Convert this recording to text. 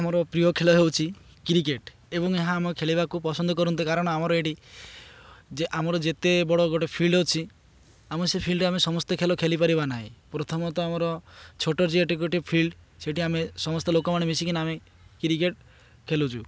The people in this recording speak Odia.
ଆମର ପ୍ରିୟ ଖେଳ ହେଉଛି କ୍ରିକେଟ୍ ଏବଂ ଏହା ଆମେ ଖେଳିବାକୁ ପସନ୍ଦ କରନ୍ତି କାରଣ ଆମର ଏଇଠି ଯେ ଆମର ଯେତେ ବଡ଼ ଗୋଟେ ଫିଲ୍ଡ ଅଛି ଆମେ ସେ ଫିଲ୍ଡରେ ଆମେ ସମସ୍ତେ ଖେଳ ଖେଳିପାରିବା ନାହିଁ ପ୍ରଥମତଃ ଆମର ଛୋଟ ଗୋଟେ ଫିଲ୍ଡ ସେଇଠି ଆମେ ସମସ୍ତ ଲୋକମାନେ ମିଶିକି ଆମେ କ୍ରିକେଟ୍ ଖେଳୁଛୁ